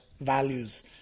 values